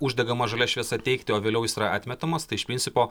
uždegama žalia šviesa teikti o vėliau jis yra atmetamas tai iš principo